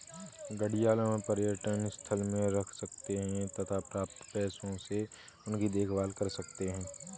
घड़ियालों को पर्यटन स्थल में रख सकते हैं तथा प्राप्त पैसों से उनकी देखभाल कर सकते है